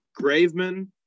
Graveman